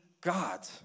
God